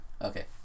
Okay